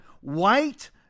white